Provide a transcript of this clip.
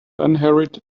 unhurried